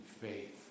faith